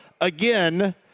again